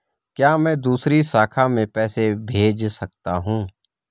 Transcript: क्या मैं दूसरी शाखा में पैसे भेज सकता हूँ?